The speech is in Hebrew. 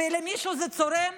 אם למישהו זה צורם,